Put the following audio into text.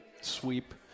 sweep